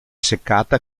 seccata